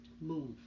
move